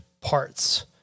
parts